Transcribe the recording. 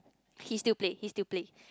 he still play he still play